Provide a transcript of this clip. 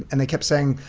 and they kept saying,